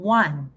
one